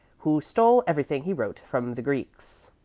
who stole everything he wrote from the greeks.